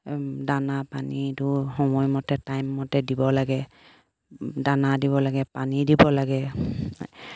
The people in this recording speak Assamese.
দানা পানীটো সময়মতে টাইম মতে দিব লাগে দানা দিব লাগে পানী দিব লাগে